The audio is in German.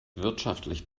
wirtschaftlich